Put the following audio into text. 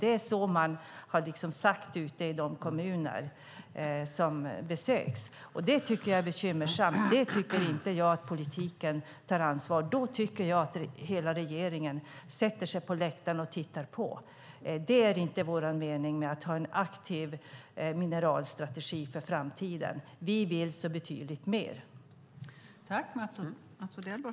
Det är så man har sagt i de kommuner som har besökts, och det tycker jag är bekymmersamt. Då tar inte politiken ansvar, utan då tycker jag att hela regeringen sätter sig på läktaren och tittar på. Det är inte vad vi menar med att ha en aktiv mineralstrategi för framtiden. Vi vill betydligt mycket mer.